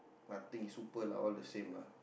nothing super lah all the same lah